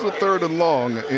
ah third and long,